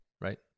right